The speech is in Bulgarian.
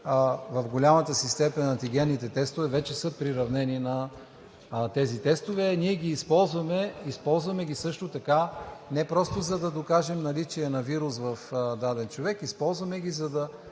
в голямата си степен антигенните тестове вече са приравнени на тези тестове. Ние ги използваме също така не просто, за да докажем наличие на вирус в даден човек, използваме ги, за да